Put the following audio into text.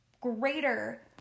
Greater